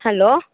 hello